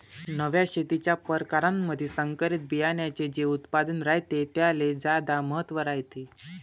नव्या शेतीच्या परकारामंधी संकरित बियान्याचे जे उत्पादन रायते त्याले ज्यादा महत्त्व रायते